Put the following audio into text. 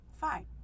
Fine